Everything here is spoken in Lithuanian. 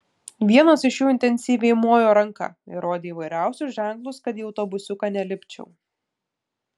vienas iš jų intensyviai mojo ranka ir rodė įvairiausius ženklus kad į autobusiuką nelipčiau